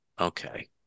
okay